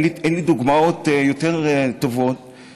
אין לי דוגמאות יותר טובות,